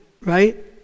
right